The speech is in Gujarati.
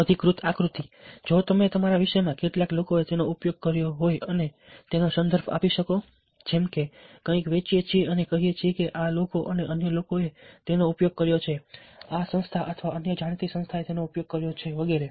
અધિકૃત આકૃતિ જો તમે તમારા વિષય માં કેટલાક લોકોએ તેનો ઉપયોગ કર્યો હોય તેનો સંદર્ભ આપી શકો જેમકે આપણે કંઈક વેચીએ છીએ અને કહીએ છીએ કે આ લોકો અને અન્ય લોકોએ તેનો ઉપયોગ કર્યો છે આ સંસ્થા અથવા અન્ય જાણીતી સંસ્થાએ તેનો ઉપયોગ કર્યો છે વગેરે